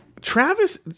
Travis